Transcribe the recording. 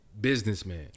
Businessman